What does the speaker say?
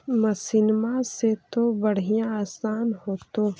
मसिनमा से तो बढ़िया आसन हो होतो?